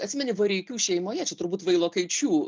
atsimeni vareikių šeimoje čia turbūt vailokaičių